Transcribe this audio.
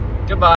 Goodbye